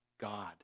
God